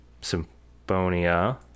Symphonia